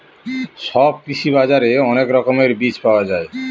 সব কৃষি বাজারে অনেক রকমের বীজ পাওয়া যায়